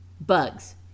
Bugs